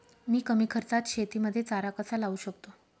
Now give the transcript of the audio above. मी कमी खर्चात शेतीमध्ये चारा कसा लावू शकतो?